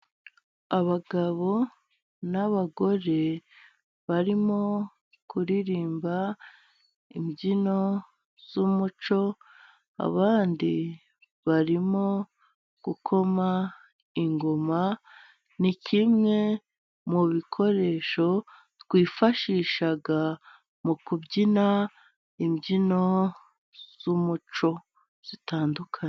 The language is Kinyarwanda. Abagabo n'abagore, barimo kuririmba imbyino z'umuco, abandi barimo gukoma ingoma, ni kimwe mu bikoresho twifashisha mu kubyina imbyino z'umuco zitandukanye.